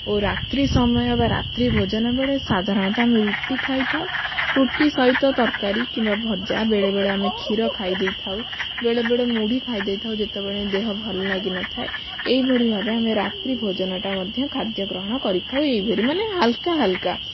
ଓ ରାତ୍ରି ସମୟ ବା ରାତ୍ରି ଭୋଜନ ବେଳେ ସାଧାରଣତଃ ଆମେ ରୁଟି ଖାଇଥାଉ ରୁଟି ସହିତ ତରକାରୀ କିମ୍ବା ଭଜା ବେଳେବେଳେ ଆମେ କ୍ଷୀର ଖାଇ ଦେଇଥାଉ ବେଳେବେଳେ ମୁଢ଼ି ଖାଇ ଦେଇଥାଉ ଯେତବେଳେ ଦେହ ଭଲ ଲାଗିନଥାଏ ଏଇଭଳି ଭାବେ ଆମେ ରାତ୍ରି ଭୋଜନଟା ମଧ୍ୟ ଖାଦ୍ୟ ଗ୍ରହଣ କରିଥାଉ ଏଇଭରି ମାନେ ହାଲକା ହାଲକା